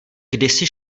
kdysi